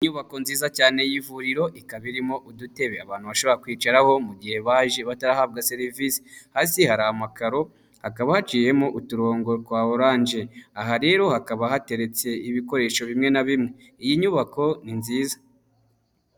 Inyubako nziza cyane y'ivuriro ikaba irimo udutebe abantu bashobora kwicaraho mu gihe baje batarahabwa serivisi, hasi hari amakaro hakaba haciyemo uturongo twa orange aha rero hakaba hateretse ibikoresho bimwe na bimwe iyi nyubako ni nziza.